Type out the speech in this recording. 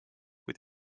kuid